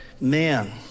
Man